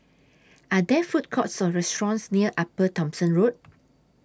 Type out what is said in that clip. Are There Food Courts Or restaurants near Upper Thomson Road